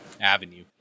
avenue